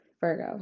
Virgo